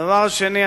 דבר שני,